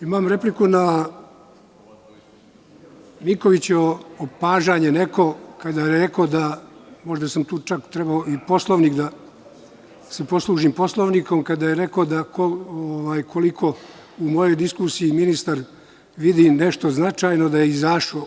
Imam repliku na Mikovićevo opažanje, možda sam tu čak trebao da se poslužim i Poslovnikom, kada je rekao da koliko u mojoj diskusiji ministar vidi nešto značajno da je izašao.